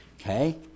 Okay